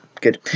good